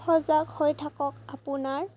সজাগ হৈ থাকক আপোনাৰ